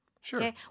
Sure